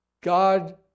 God